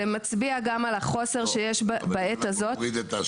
זה מצביע גם על החוסר שיש בעת הזאת.